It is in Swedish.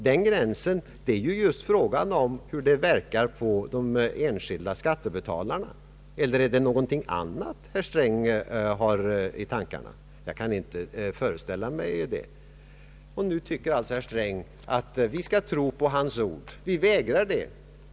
Här är just frågan hur skattesystemet verkar på de enskilda skattebetalarna. Eller är det någonting annat herr Sträng har i tankarna? Jag kan inte föreställa mig detta. Nu tycker alltså herr Sträng att vi bör tro honom på hans ord. Vi vägrar att göra det.